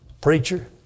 preacher